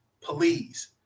please